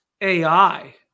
AI